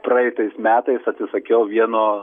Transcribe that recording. praeitais metais atsisakiau vieno